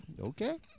Okay